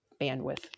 bandwidth